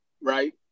right